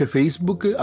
Facebook